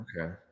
Okay